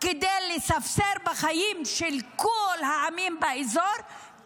כדי לספסר בחיים של כל העמים באזור